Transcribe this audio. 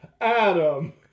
Adam